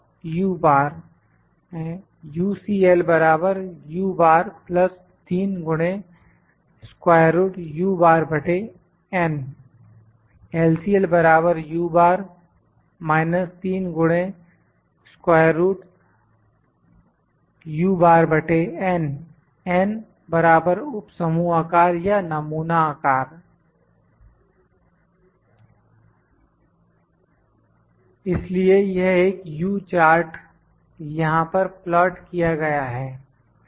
CL UCL LCL n उप समूह आकार या नमूना आकार इसलिए यह एक U चार्ट यहां पर प्लाट किया गया है